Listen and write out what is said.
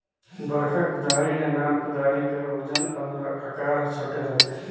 बड़खा कुदारी ले नान कुदारी कर ओजन अउ अकार हर छोटे रहथे